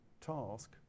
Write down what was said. task